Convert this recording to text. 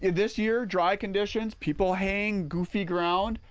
this year dry conditions, people hang goofy ground,